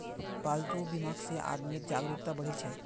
पालतू बीमाक ले आदमीत जागरूकता बढ़ील छ